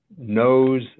knows